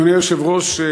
אדוני היושב-ראש,